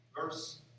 Verse